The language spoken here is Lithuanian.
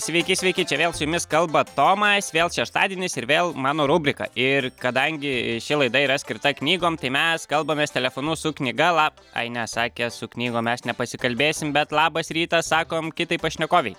sveiki sveiki čia vėl su jumis kalba tomas vėl šeštadienis ir vėl mano rubrika ir kadangi ši laida yra skirta knygom tai mes kalbamės telefonu su knyga la ai ne sakė su knygom mes nepasikalbėsim bet labas rytas sakom kitai pašnekovei